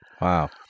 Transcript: Wow